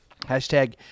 Hashtag